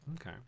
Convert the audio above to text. okay